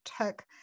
took